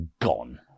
gone